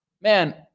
Man